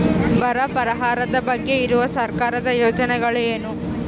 ಬರ ಪರಿಹಾರದ ಬಗ್ಗೆ ಇರುವ ಸರ್ಕಾರದ ಯೋಜನೆಗಳು ಏನು?